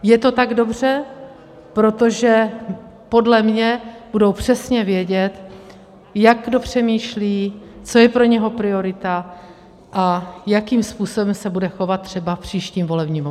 Je to tak dobře, protože podle mě budou přesně vědět, jak kdo přemýšlí, co je pro něj priorita a jakým způsobem se bude chovat třeba v příštím volebním období.